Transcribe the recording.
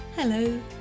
Hello